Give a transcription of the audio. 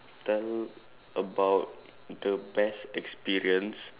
tell about the best experience